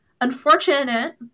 unfortunate